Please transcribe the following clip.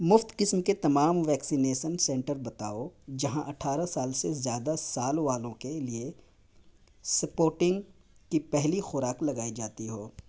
مفت قسم کے تمام ویکسینیسن سنٹر بتاؤ جہاں اٹھارہ سال سے زیادہ سال والوں کے لیے سپوٹنگ کی پہلی خوراک لگائی جاتی ہو